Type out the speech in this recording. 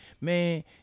man